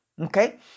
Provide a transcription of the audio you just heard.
okay